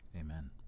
Amen